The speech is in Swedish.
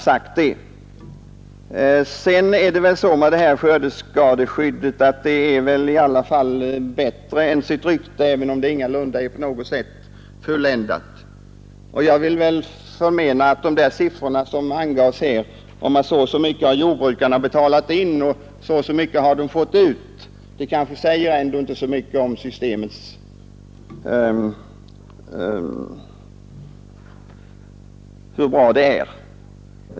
Sedan vill jag säga att skördeskadeskyddet inte på något sätt är fulländat, men det är i alla fall bättre än sitt rykte. De siffror som angav hur många miljoner jordbrukarna har betalat in och hur många miljoner de har fått ut säger inte allt om hur bra systemet är.